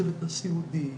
הצוות הסיעודי,